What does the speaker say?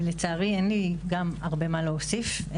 לצערי אין גם הרבה מה להוסיף.